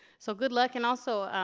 so good luck and also,